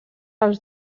els